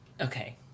Okay